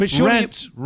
Rent